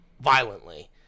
violently